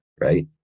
right